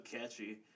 catchy